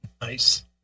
Nice